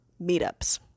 meetups